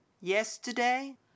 Yesterday